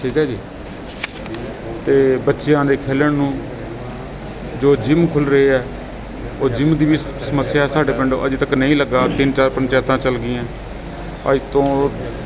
ਠੀਕ ਹੈ ਜੀ ਅਤੇ ਬੱਚਿਆਂ ਦੇ ਖੇਡਣ ਨੂੰ ਜੋ ਜਿਮ ਖੁਲ੍ਹ ਰਹੇ ਹੈ ਉਹ ਜਿਮ ਦੀ ਵੀ ਸ ਸਮੱਸਿਆ ਸਾਡੇ ਪਿੰਡ ਅਜੇ ਤੱਕ ਨਹੀਂ ਲੱਗਿਆ ਤਿੰਨ ਚਾਰ ਪੰਚਾਇਤਾ ਚਲ ਗਈਆਂ ਅੱਜ ਤੋਂ